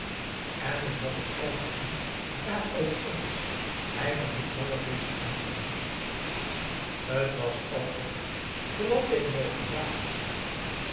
en men was het algemeen dààrover eens hij kon niet langer president blijven t was al te gek vooral tegenover de dames